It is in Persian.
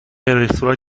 رستوران